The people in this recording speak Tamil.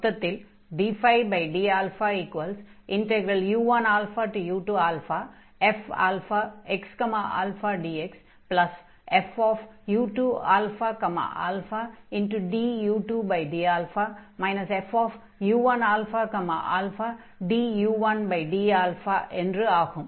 மொத்தத்தில் ddu1u2fxαdxfu2ααdu2dα fu1ααdu1dα என்று ஆகும்